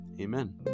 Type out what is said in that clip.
Amen